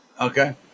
Okay